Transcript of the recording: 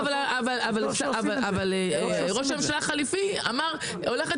אבל ראש הממשלה החליפי אמר: "הולכת